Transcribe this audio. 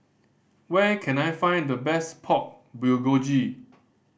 where can I find the best Pork Bulgogi